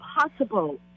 impossible